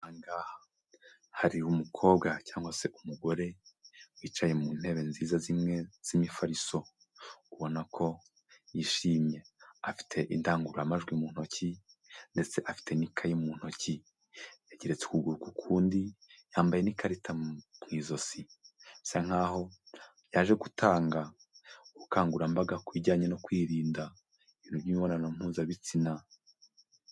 Aha ngaha hari umukobwa cyangwa se umugore wicaye mu ntebe nziza zimwe z'imifariso ubona ko yishimye afite indangururamajwi mu ntoki ndetse afite n'ikayi mu ntoki, agereretse ukuguru ku kundi yambaye n'ikarita ku ijosi bisa nk'aho yaje gutanga ubukangurambaga ku bijyanye no kwirinda imibonano mpuzabitsina.